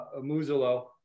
Amuzolo